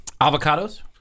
Avocados